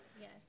Yes